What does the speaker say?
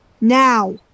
Now